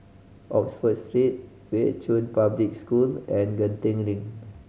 Oxford Street Pei Chun Public School and Genting Link